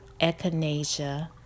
Echinacea